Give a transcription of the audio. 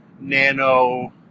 nano